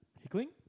Hickling